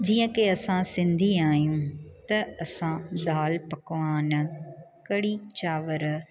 जीअं की असां सिंधी आहियूं त असां दालि पकवान कड़ी चांवर